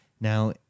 Now